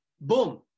Boom